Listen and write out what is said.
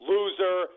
Loser